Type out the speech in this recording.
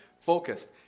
focused